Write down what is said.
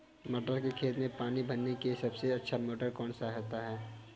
मटर के खेत में पानी भरने के लिए सबसे अच्छा मोटर कौन सा है?